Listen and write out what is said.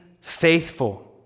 faithful